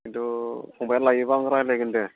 किन्तु फंबाया लायोबा आं रायज्लायगोन दे